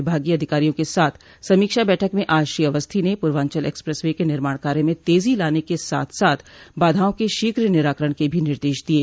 विभागीय अधिकारियों के साथ समीक्षा बैठक में आज श्री अवस्थी ने पूर्वांचल एक्सप्रेस वे के निर्माण काय में तेजी लाने के साथ साथ बाधाओं के शीघ्र निराकरण के भी निर्देश दिये